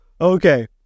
okay